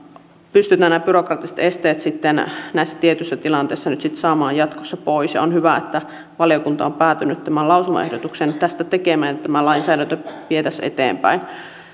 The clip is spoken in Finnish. pystytään nämä byrokraattiset esteet sitten näissä tietyissä tilanteissa saamaan jatkossa pois on hyvä että valiokunta on päätynyt tämän lausumaehdotuksen tästä tekemään että tätä lainsäädäntöä vietäisiin eteenpäin